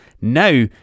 Now